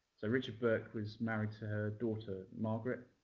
so richard burke was married to her daughter margaret.